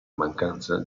mancanza